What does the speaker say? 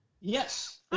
Yes